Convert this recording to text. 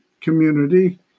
community